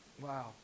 Wow